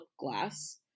glass